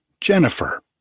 Jennifer